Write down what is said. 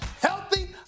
healthy